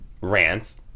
Rants